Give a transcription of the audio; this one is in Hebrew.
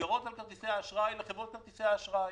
מסגרות על כרטיסי אשראי לחברות כרטיסי האשראי.